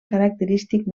característic